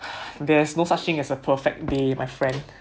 that's no such thing as a perfect day my friend